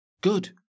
Good